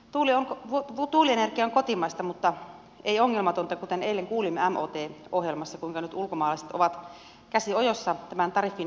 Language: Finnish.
tuulienergia on kotimaista mutta ei ongelmatonta kuten eilen kuulimme mot ohjelmassa kuinka nyt ulkomaalaiset ovat käsi ojossa tämän tariffin perässä